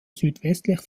südwestlich